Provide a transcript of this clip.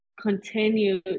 continue